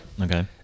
Okay